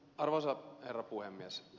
arvoisa herra puhemies